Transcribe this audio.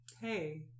hey